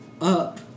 up